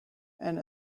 and